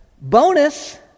bonus